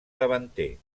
davanter